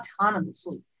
autonomously